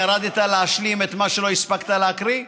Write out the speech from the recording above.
ירדת להשלים את מה שלא הספקת להקריא?